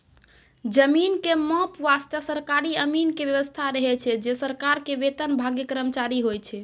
जमीन के माप वास्तॅ सरकारी अमीन के व्यवस्था रहै छै जे सरकार के वेतनभागी कर्मचारी होय छै